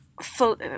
full